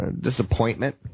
disappointment